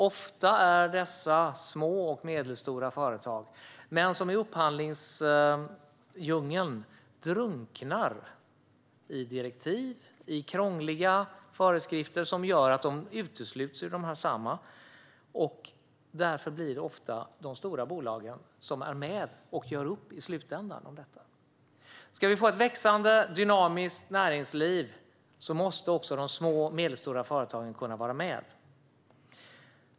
Ofta är det små och medelstora företag som i upphandlingsdjungeln drunknar i direktiv och krångliga föreskrifter som gör att de utesluts ur de här sammanhangen. Därför blir det ofta de stora bolagen som är med och gör upp i slutändan. Ska vi få ett växande, dynamiskt näringsliv måste också de små och medelstora företagen kunna vara med.